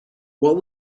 what